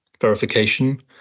verification